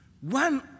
One